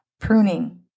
pruning